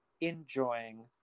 enjoying